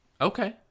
Okay